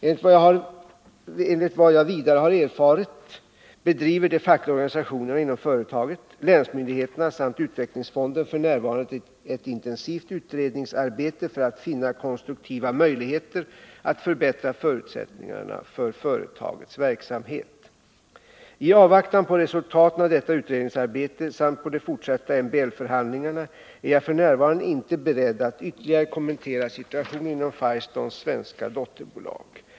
Enligt vad jag vidare har erfarit bedriver de fackliga organisationerna inom företaget, länsmyndigheterna samt utvecklingsfonden f.n. ett intensivt utredningsarbete för att finna konstruktiva möjligheter att förbättra förutsättningarna för företagets verksamhet. I avvaktan på resultaten av detta utredningsarbete samt på de fortsatta MBL-förhandlingarna är jag f. n. inte beredd att ytterligare kommentera situationen inom Firestones svenska dotterbolag.